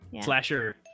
Slasher